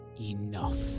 Enough